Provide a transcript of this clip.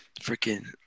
Freaking